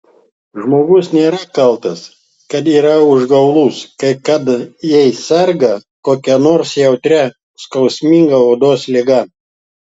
žmogus nėra kaltas kad yra užgaulus kaip kad jei serga kokia nors jautria skausmui odos liga